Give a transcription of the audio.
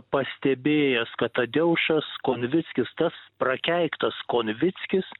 pastebėjęs kad tadeušas konvickis tas prakeiktas konvickis